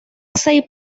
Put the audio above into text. seis